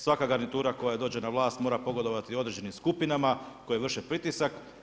Svaka garnitura koja dođe na vlast mora pogodovati određenim skupinama koje vrše pritisak.